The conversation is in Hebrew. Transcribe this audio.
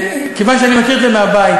כיוון שאני מכיר את זה מהבית,